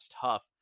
tough